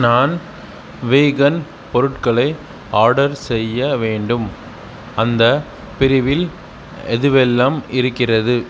நான் வீகன் பொருட்களை ஆர்டர் செய்ய வேண்டும் அந்தப் பிரிவில் எதுவெல்லாம் இருக்கிறது